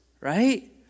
right